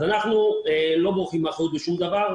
אנחנו לא בורחים מאחריות בשום נושא.